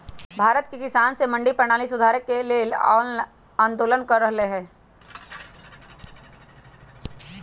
भारत के किसान स मंडी परणाली सुधारे ल आंदोलन कर रहल हए